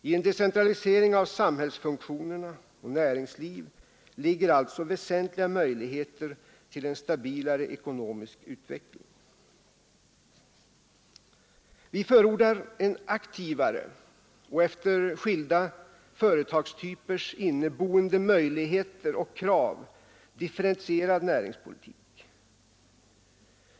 I en decentralisering av samhällsfunktioner och näringsliv ligger alltså väsentliga möjligheter till en stabilare ekonomisk utveckling. Vi förordar en aktivare och efter skilda företagstypers inneboende möjligheter och krav differentierad näringspolitik.